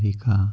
America